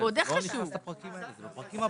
אלה הפרקים הבאים.